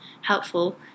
helpful